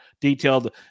detailed